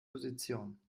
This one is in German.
position